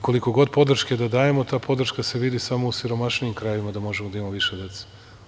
Koliko god podrške da dajemo ta podrška se vidi samo u siromašnijim krajevima da možemo da imamo više dece.